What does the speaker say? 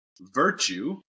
Virtue